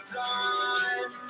time